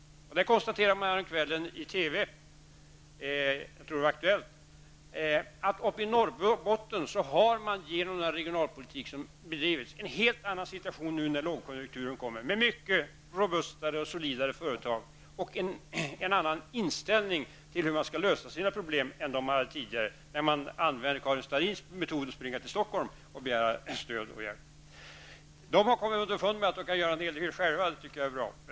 Häromkvällen konstaterade man i TV, jag tror att det var i Aktuellt, att man uppe i Norrbotten, genom den regionalpolitik som har bedrivits, har en helt annan situation nu när lågkonjunkturen kommer med mycket mer robusta och solida företag och en annan inställning till hur man skall lösa sina problem än tidigare, då man använde Karin Starrins metod att springa till Stockholm och begära stöd och hjälp. Där har man kommit underfund med att man kan göra en hel del själva, vilket jag tycker är bra.